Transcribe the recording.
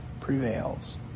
prevails